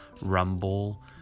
Rumble